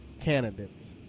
candidates